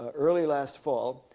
ah early last fall,